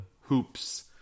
hoops